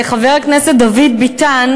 חבר הכנסת דוד ביטן,